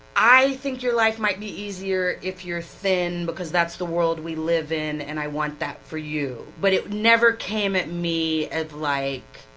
i think your life might be easier if you're thin because that's the world we live in, and i want that for you. but it never came at me as like,